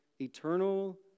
eternal